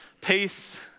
Peace